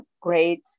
great